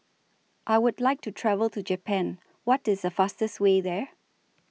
I Would like to travel to Japan What IS The fastest Way There